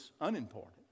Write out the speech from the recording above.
unimportant